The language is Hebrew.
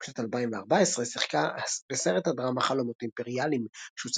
בשנת 2014 שיחקה בסרט הדרמה "חלומות אימפריאליים" שהוצג